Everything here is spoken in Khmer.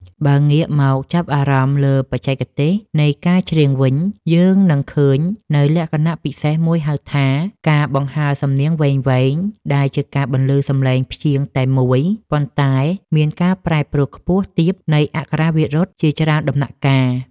បើងាកមកចាប់អារម្មណ៍លើបច្ចេកទេសនៃការច្រៀងវិញ យើងនឹងឃើញនូវលក្ខណៈពិសេសមួយហៅថា ការបង្ហើរសំនៀងវែងៗ ដែលជាការបន្លឺសម្លេងព្យាង្គតែមួយ ប៉ុន្តែមានការប្រែប្រួលខ្ពស់ទាបនៃអក្ខរាវិរុទ្ធជាច្រើនដំណាក់កាល។